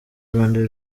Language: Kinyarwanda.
rwanda